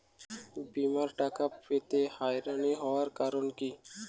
বিমার টাকা পেতে হয়রানি হওয়ার কারণ কি?